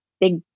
big